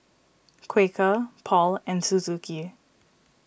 Quaker Paul and Suzuki